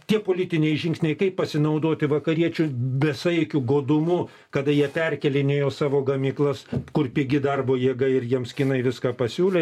tie politiniai žingsniai kaip pasinaudoti vakariečių besaikiu godumu kada jie perkėlinėjo savo gamyklas kur pigi darbo jėga ir jiems kinai viską pasiūlė